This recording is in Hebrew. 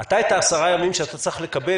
את 10 הימים שאתה צריך לקבל,